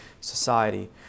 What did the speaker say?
society